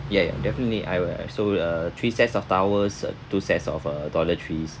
ya ya definitely I will so uh three sets of towels uh two sets of uh toiletries